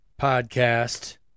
podcast